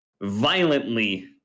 violently